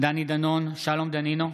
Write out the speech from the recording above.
דני דנון, אינו נוכח שלום דנינו,